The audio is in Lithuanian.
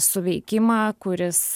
suveikimą kuris